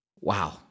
wow